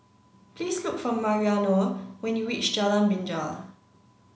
please look for Mariano when you reach Jalan Binja